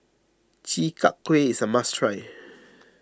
Chi Kak Kuih is a must try